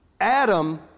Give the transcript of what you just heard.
Adam